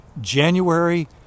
January